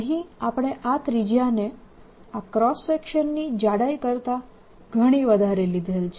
અહીં આપણે આ ત્રિજ્યાને આ ક્રોસ સેક્શન ની જાડાઈ કરતા ઘણી વધારે લીધેલ છે